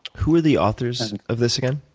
who are the authors of this again?